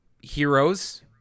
heroes